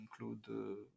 include